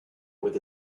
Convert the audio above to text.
with